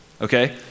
Okay